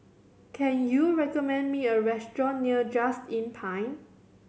can you recommend me a restaurant near Just Inn Pine